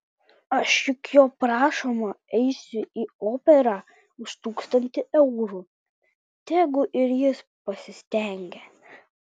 aš juk jo prašoma eisiu į operą už tūkstantį eurų tegu ir jis pasistengia